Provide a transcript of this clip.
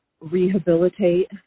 rehabilitate